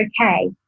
okay